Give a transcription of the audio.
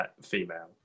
female